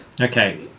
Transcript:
Okay